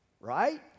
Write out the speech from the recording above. right